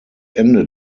ende